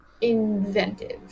inventive